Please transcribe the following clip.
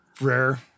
Rare